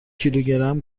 کیلوگرم